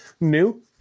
new